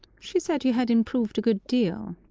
she said you had improved a good deal.